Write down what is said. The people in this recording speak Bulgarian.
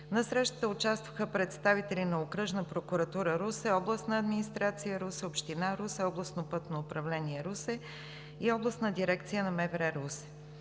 На срещата участваха представители на Окръжна прокуратура – Русе, Областна администрация – Русе, Община Русе, Областно пътно управление – Русе, и Областна дирекция на МВР – Русе.